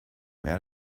mehr